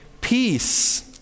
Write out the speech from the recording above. peace